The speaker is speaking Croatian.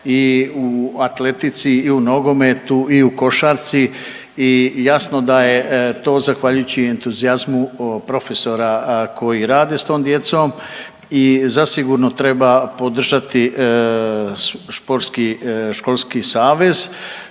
i u atletici i u nogometu i u košarci i jasno da je to zahvaljujući entuzijazmu profesora koji rade s tom djecom i zasigurno treba podržati sportski školski savez